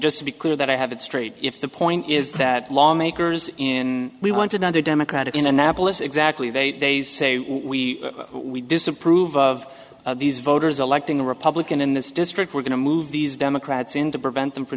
just to be clear that i have it straight if the point is that lawmakers in we wanted on the democratic in annapolis exactly they say we we disapprove of these voters electing a republican in this district we're going to move these democrats in to prevent